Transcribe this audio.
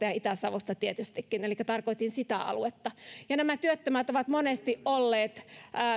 ja itä savosta tietystikin elikkä tarkoitin sitä aluetta nämä työttömät ovat monesti olleet